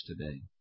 today